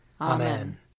Amen